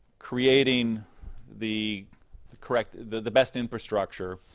creating the the correct, the best infrastructure.